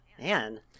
man